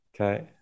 okay